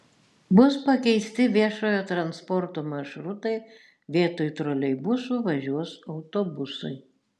bus pakeisti viešojo transporto maršrutai vietoj troleibusų važiuos autobusai